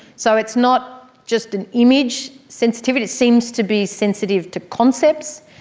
so it's not just an image sensitivity, it seems to be sensitive to concepts.